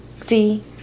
See